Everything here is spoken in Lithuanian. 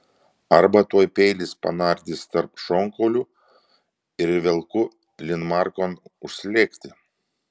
arba tuoj peilis panardys tarp šonkaulių ir velku linmarkon užslėgti